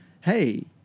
hey